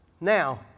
Now